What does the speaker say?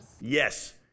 Yes